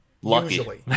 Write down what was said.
Usually